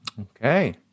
okay